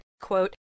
Quote